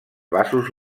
vasos